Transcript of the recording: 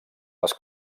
les